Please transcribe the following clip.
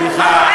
סליחה,